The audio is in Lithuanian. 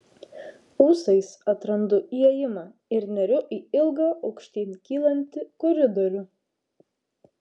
ūsais atrandu įėjimą ir neriu į ilgą aukštyn kylantį koridorių